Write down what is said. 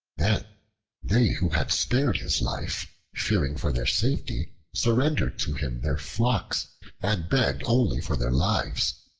then they who had spared his life, fearing for their safety, surrendered to him their flocks and begged only for their lives.